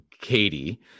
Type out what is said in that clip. Katie